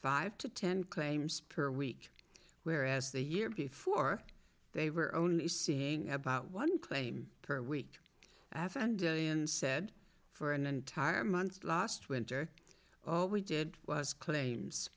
five to ten claims per week whereas the year before they were only seeing about one claim per week i have and said for an entire month last winter all we did was cla